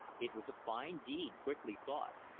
it was a fine deed, quickly thought,